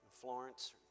florence